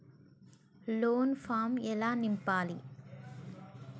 Loan form ఎలా నింపాలి?